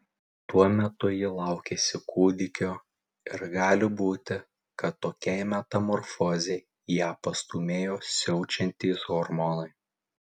tuo metu ji laukėsi kūdikio ir gali būti kad tokiai metamorfozei ją pastūmėjo siaučiantys hormonai